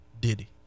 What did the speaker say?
Diddy